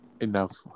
enough